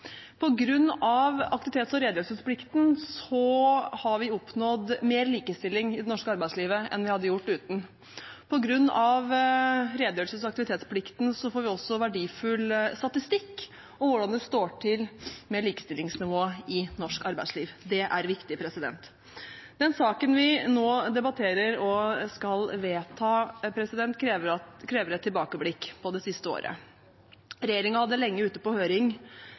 av aktivitets- og redegjørelsesplikten har vi oppnådd mer likestilling i det norske arbeidslivet enn vi hadde gjort uten. På grunn av redegjørelses- og aktivitetsplikten får vi også verdifull statistikk om hvordan det står til med likestillingsnivået i norsk arbeidsliv. Det er viktig. Den saken vi nå debatterer og skal vedta, krever et tilbakeblikk på det siste året. Regjeringen hadde lenge ute på høring